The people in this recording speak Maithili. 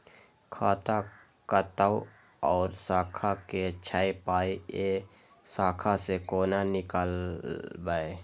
खाता कतौ और शाखा के छै पाय ऐ शाखा से कोना नीकालबै?